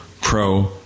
pro